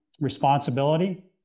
responsibility